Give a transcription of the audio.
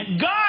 God